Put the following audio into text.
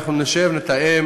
שאנחנו נשב ונתאם